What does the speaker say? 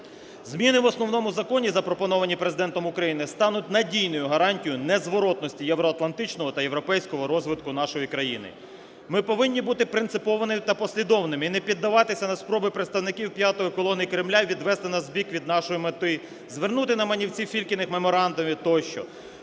Зміни в Основному Законі, запропоновані Президентом України, стануть надійною гарантією незворотності євроатлантичного та європейського розвитку нашої країни. Ми повинні бути принциповими та послідовними і не піддаватися на спроби представників п'ятої колони Кремля і відвести нас в бік від нашої мети, звернути на манівців фількіних меморандумів тощо.